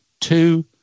two